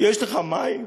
יש לך מים?